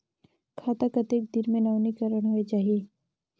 खाता कतेक दिन मे नवीनीकरण होए जाहि??